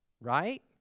Right